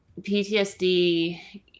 PTSD